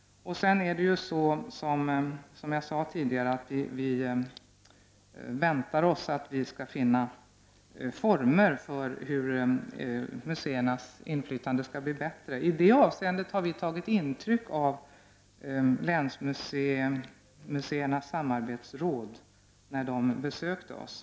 Och som jag sade tidigare förväntar vi oss att vi skall finna former för hur museernas inflytande skall bli bättre. I detta avseende har vi tagit intryck av vad man från länsmuseernas samarbetsråd sade när man besökte oss.